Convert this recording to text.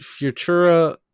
Futura